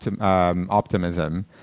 optimism